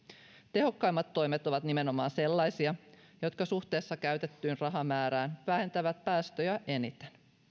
tehokkaimmat toimet ovat nimenomaan sellaisia jotka suhteessa käytettyyn rahamäärään vähentävät päästöjä eniten